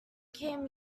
came